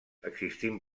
existint